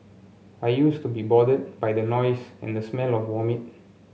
I used to be bothered by the noise and the smell of vomit